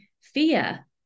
fear